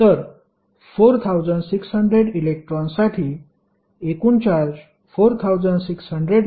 तर 4600 इलेक्ट्रॉनसाठी एकूण चार्ज 4600 ला 1